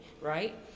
right